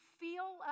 feel